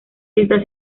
está